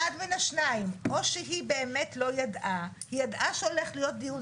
אחד מן השניים: או שהיא באמת לא ידעה היא ידעה שהולך להיות דיון